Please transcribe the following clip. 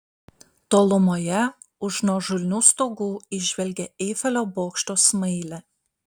tolumoje už nuožulnių stogų įžvelgė eifelio bokšto smailę